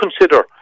consider